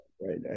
right